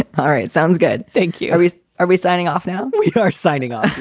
ah all right. sounds good. thank you. are we are we signing off now? we are signing off.